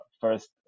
first